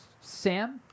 Sam